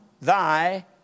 thy